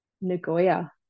Nagoya